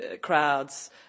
crowds